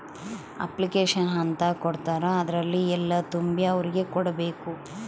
application ಅಂತ ಕೊಡ್ತಾರ ಅದ್ರಲ್ಲಿ ಎಲ್ಲ ತುಂಬಿ ಅವ್ರಿಗೆ ಕೊಡ್ಬೇಕು